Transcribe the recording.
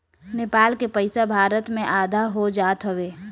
नेपाल के पईसा भारत में आधा हो जात हवे